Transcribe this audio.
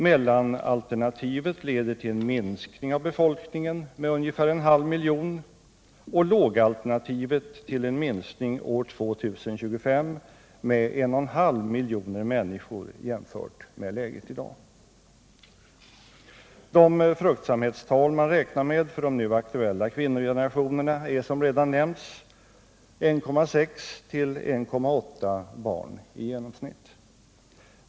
Mellanalternativet leder till en minskning av befolkningen med ungefär en halv miljon och lågalternativet tillen minskning år 2025 med 1,5 miljoner människor jämfört med läget i dag. De fruktsamhetstal man räknar med för de nu aktuella kvinnogenerationerna är, som redan nämnts, 1,6—1,8 barn i genomsnitt.